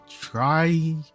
try